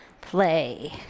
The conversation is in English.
play